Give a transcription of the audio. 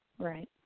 Right